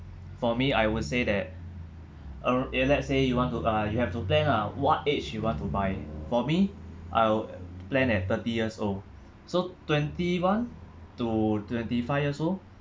for me I would say that uh eh let's say you want to uh you have to plan lah what age you want to buy for me I'll plan at thirty years old so twenty one to twenty five years old